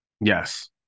yes